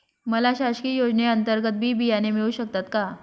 मला शासकीय योजने अंतर्गत बी बियाणे मिळू शकतात का?